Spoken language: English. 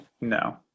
No